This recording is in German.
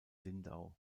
lindau